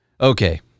Okay